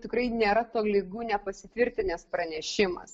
tikrai nėra tolygu nepasitvirtinęs pranešimas